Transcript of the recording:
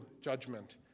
judgment